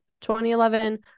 2011